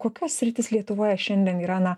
kokios sritys lietuvoje šiandien yra na